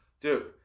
Dude